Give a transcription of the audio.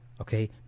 Okay